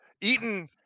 Eaton